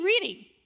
reading